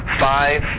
Five